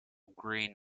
green